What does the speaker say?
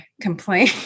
complain